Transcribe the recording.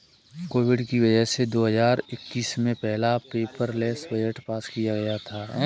Covid की वजह से दो हजार इक्कीस में पहला पेपरलैस बजट पास किया गया था